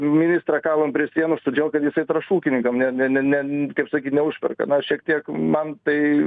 ministrą kalam prie sienos todėl kad jisai trąšų ūkininkam ne ne ne ne kaip sakyt neužperka na aš šiek tiek man tai